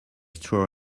straw